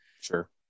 Sure